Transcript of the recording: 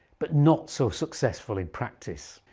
but not so successful in practise.